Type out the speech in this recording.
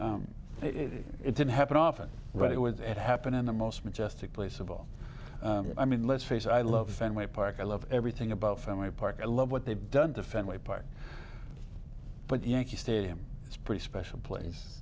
off it didn't happen often right it was it happened in the most majestic place of all i mean let's face it i love fenway park i love everything about fenway park i love what they've done to fenway park but yankee stadium is pretty special place